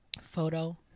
photo